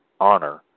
honor